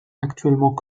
actuellement